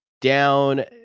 down